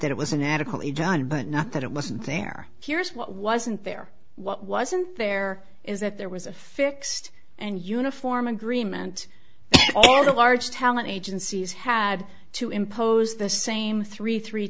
that it was inadequately done but not that it wasn't there here's what wasn't there what wasn't there is that there was a fixed and uniform agreement all the large talent agencies had to impose the same three three